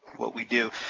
what we do.